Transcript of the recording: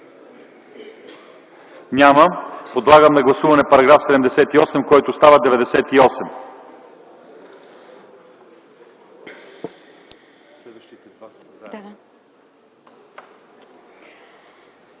Няма. Подлагам на гласуване § 78, който става § 98.